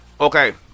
okay